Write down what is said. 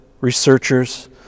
researchers